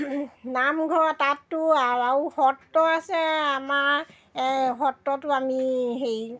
নামঘৰ তাততো আও আও সত্ৰ আছে আমাৰ সত্ৰতো আমি হেৰি